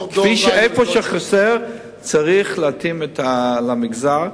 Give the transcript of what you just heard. אבל איפה שחסר, צריך להתאים למגזר,